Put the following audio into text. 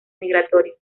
migratorios